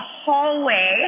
hallway